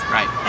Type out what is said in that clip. Right